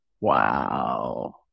wow